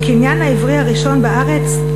הקניין העברי הראשון בארץ,